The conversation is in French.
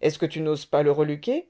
est-ce que tu n'oses pas le reluquer